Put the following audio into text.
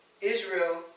Israel